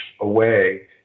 away